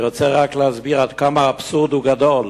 אני רוצה להסביר עד כמה האבסורד גדול.